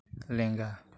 ᱞᱮᱸᱜᱟ